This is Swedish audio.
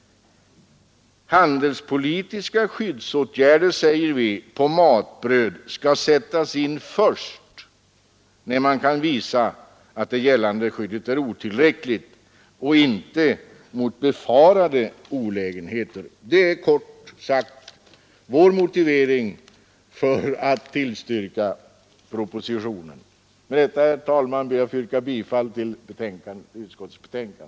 Handelspolitiska skyddsåtgärder beträffande matbröd skall sättas in, säger utskottet, först när det kan visas att det gällande skyddet är otillräckligt och inte mot befarade olägenheter. Det är kort sagt vår motivering för att tillstyrka propositionen, och med detta ber jag, herr talman, att få yrka bifall till skatteutskottets hemställan.